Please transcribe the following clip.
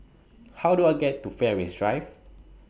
How Do I get to Fairways Drive